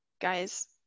guys